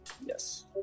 Yes